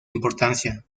importancia